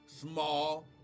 small